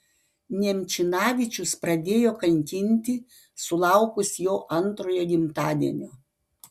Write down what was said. nemčinavičius pradėjo kankinti sulaukus jo antrojo gimtadienio